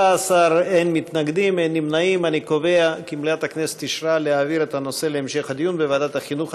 ההצעה להעביר את הנושא לוועדת החינוך,